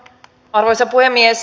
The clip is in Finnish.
arvoisa puhemies